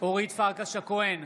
אורית פרקש הכהן,